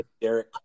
Derek